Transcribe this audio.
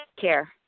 care